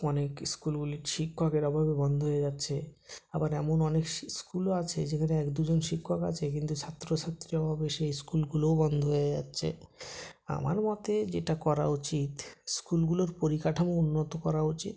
অনেক স্কুলগুলি শিক্ষকের অভাবে বন্ধ হয়ে যাচ্ছে আবার এমন অনেক স্কুলও আছে যেখানে এক দুজন শিক্ষক আছে কিন্তু ছাত্র ছাত্রীর অভাবে সেই স্কুলগুলোও বন্ধ হয়ে যাচ্ছে আমার মতে যেটা করা উচিত স্কুলগুলোর পরিকাঠামো উন্নত করা উচিত